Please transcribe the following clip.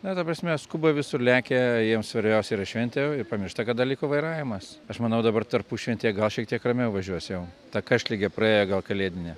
na ta prasme skuba visur lekia jiems svarbiausia yra šventė ir pamiršta kad dar liko vairavimas aš manau dabar tarpušventyje gal šiek tiek ramiau važiuos jau ta karštligė praėjo gal kalėdinė